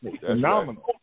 Phenomenal